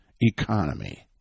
economy